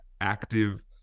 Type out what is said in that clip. active